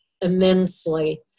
immensely